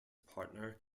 partner